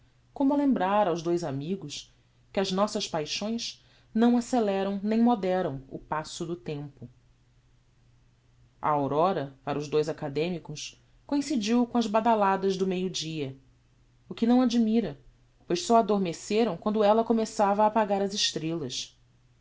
como a lembrar aos dous amigos que as nossas paixões não acceleram nem moderam o passo do tempo a aurora para os dous academicos coincidiu com as badaladas do meio dia o que não admira pois só adormeceram quando ella começava a apagar as estrellas